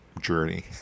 journey